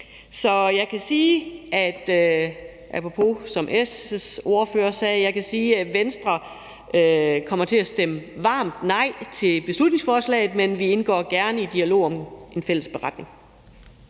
ordfører sagde, at Venstre kommer til at stemme varmt nej til beslutningsforslaget, men vi indgår gerne i dialog om en fælles beretning.